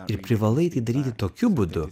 ir privalai tai daryti tokiu būdu